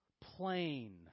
plain